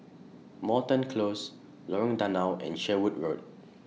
Moreton Close Lorong Danau and Sherwood Road